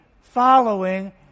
following